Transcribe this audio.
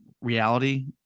reality